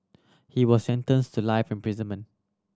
he was sentenced to life imprisonment